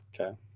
Okay